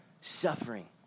suffering